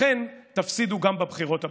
לכן תפסידו גם בבחירות הבאות.